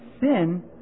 sin